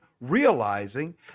realizing